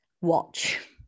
watch